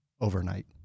overnight